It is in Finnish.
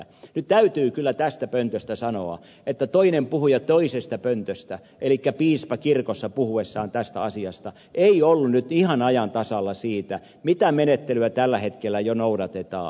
nyt täytyy kyllä tästä pöntöstä sanoa että toinen puhuja toisesta pöntöstä elikkä piispa kirkossa puhuessaan tästä asiasta ei ollut nyt ihan ajan tasalla siitä mitä menettelyä tällä hetkellä jo noudatetaan